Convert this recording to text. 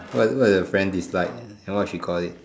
what what does your friend dislike and what she call it